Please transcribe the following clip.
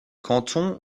cantons